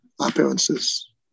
appearances